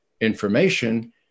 information